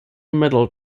middle